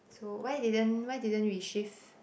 so why didn't why didn't we shift